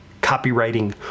copywriting